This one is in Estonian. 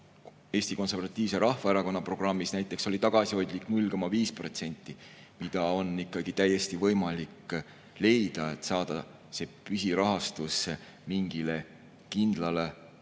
Eesti Konservatiivse Rahvaerakonna programmis oli tagasihoidlik 0,5%, mida on ikkagi täiesti võimalik leida, et saada püsirahastus mingile kindlale alusele.